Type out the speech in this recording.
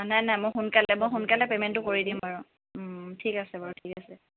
নাই নাই মই সোনকালে মই সোনকালে পে'মেণ্টো কৰি দিম বাৰু ঠিক আছে বাৰু ঠিক আছে